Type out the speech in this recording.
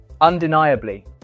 Undeniably